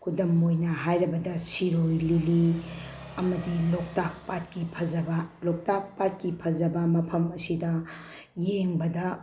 ꯈꯨꯗꯝ ꯑꯣꯏꯅ ꯍꯥꯏꯔꯕꯗ ꯁꯤꯔꯣꯏ ꯂꯤꯂꯤ ꯑꯃꯗꯤ ꯂꯣꯛꯇꯥꯛ ꯄꯥꯠꯀꯤ ꯐꯖꯕ ꯂꯣꯛꯇꯥꯛ ꯄꯥꯠꯀꯤ ꯐꯖꯕ ꯃꯐꯝ ꯑꯁꯤꯗ ꯌꯦꯡꯕꯗ